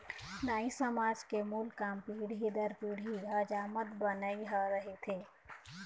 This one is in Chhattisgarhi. नाई समाज के मूल काम पीढ़ी दर पीढ़ी हजामत बनई ह रहिथे